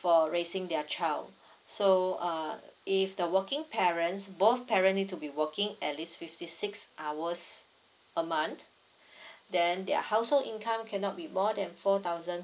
for raising their child so uh if the working parents both parent need to be working at least fifty six hours a month then their household income cannot be more than four thousand